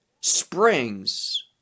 springs